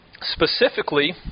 Specifically